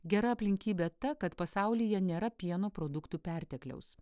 gera aplinkybė ta kad pasaulyje nėra pieno produktų pertekliaus